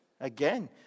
Again